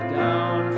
down